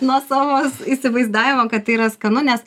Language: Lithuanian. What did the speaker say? nuo savo įsivaizdavimo kad tai yra skanu nes